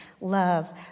love